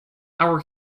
our